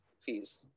fees